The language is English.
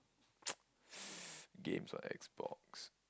games or XBox